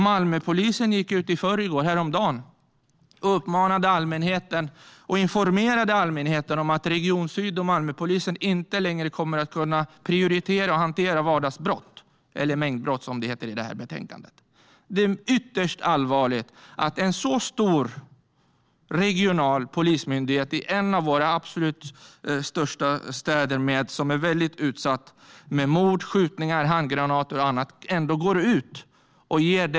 Malmöpolisen gick häromdagen ut och informerade allmänheten om att Region Syd och Malmöpolisen inte längre kommer att kunna prioritera och hantera vardagsbrott, eller mängdbrott som det heter i betänkandet. Det är ytterst allvarligt med en sådan signal från en regional polismyndighet i en av våra absolut största städer, en stad som också är väldigt utsatt för mord, skjutningar, handgranater och annat.